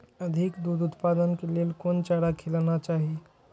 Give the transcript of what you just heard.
अधिक दूध उत्पादन के लेल कोन चारा खिलाना चाही?